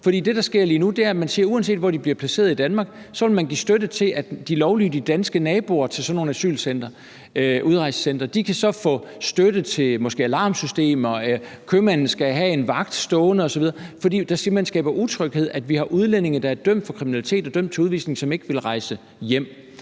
For det, der sker lige nu, er, at man siger, at uanset hvor de bliver placeret i Danmark, så vil man give støtte til, at de lovlydige danske naboer til sådan nogle udrejsecentre kan få støtte til måske alarmsystemer, eller at købmanden skal have en vagt stående osv., fordi det simpelt hen skaber utryghed, at vi har udlændinge, der er dømt for kriminalitet og dømt til udvisning, som ikke vil rejse hjem.